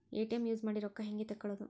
ATM use ಮಾಡಿ ರೊಕ್ಕ ಹೆಂಗೆ ತಕ್ಕೊಳೋದು?